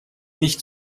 nicht